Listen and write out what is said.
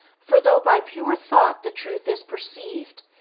for though by pure thought the truth is perceived,